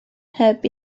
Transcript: heb